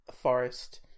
forest